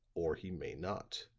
or he may not.